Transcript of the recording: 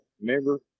remember